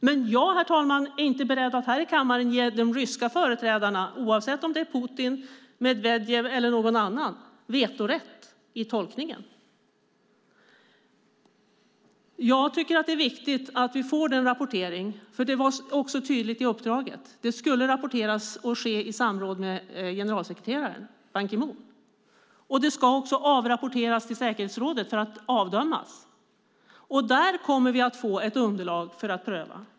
Men jag är inte beredd att här i kammaren ge de ryska företrädarna, oavsett om det är Putin, Medvedev eller någon annan, vetorätt i tolkningen. Jag tycker att det är viktigt att vi får rapportering eftersom det tydligt framgick i uppdraget att det skulle rapporteras och ske i samråd med generalsekreteraren Ban Ki Moon. Det ska också avrapporteras till säkerhetsrådet för bedömning. Där kommer vi att få ett underlag för att pröva.